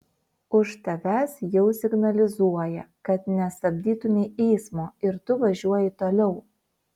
už tavęs jau signalizuoja kad nestabdytumei eismo ir tu važiuoji toliau